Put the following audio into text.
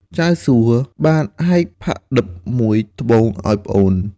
ចៅសួបានហែកផាឌិបមួយត្បូងឱ្យប្អូន។